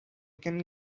can